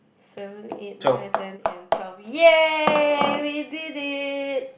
seven eight night ten and twelve ya we did it